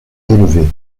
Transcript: élevées